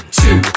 two